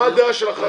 מה הדעה שלכם?